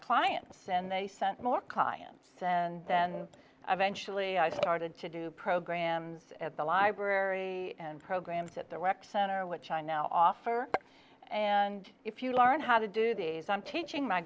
clients and they sent more clients and then eventually i started to do programs at the library and programs at the rec center which i now offer and if you learn how to do these i'm teaching my